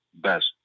best